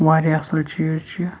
واریاہ اَصل چیٖز چھُ یہِ